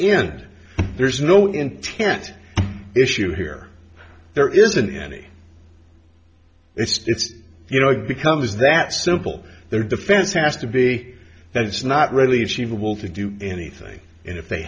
and there's no intent issue here there isn't any it's you know it becomes that simple their defense has to be that it's not really achieve a will to do anything and if they